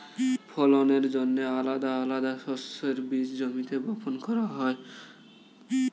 ফলনের জন্যে আলাদা আলাদা শস্যের বীজ জমিতে বপন করা হয়